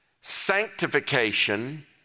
sanctification